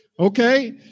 Okay